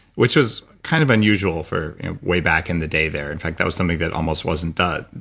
which was kind of unusual for way back in the day there. in fact, that was something that almost wasn't done.